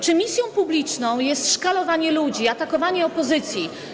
Czy misją publiczną jest szkalowanie ludzi, atakowanie opozycji?